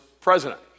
president